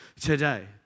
today